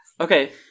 Okay